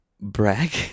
brag